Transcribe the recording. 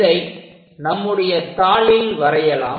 இதை நம்முடைய தாளில் வரையலாம்